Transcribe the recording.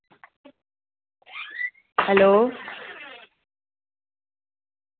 hello